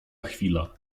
chwila